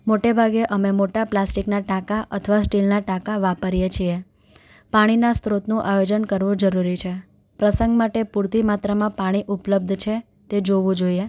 મોટે ભાગે અમે મોટા પ્લાસ્ટિકના ટાંકા અથવા સ્ટીલના ટાંકા વાપરીએ છીએ પાણીના સ્રોતનું આયોજન કરવું જરૂરી છે પ્રસંગ માટે પૂરતી માત્રામાં પાણી ઉપલબ્ધ છે તે જોવું જોઈએ